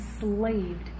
enslaved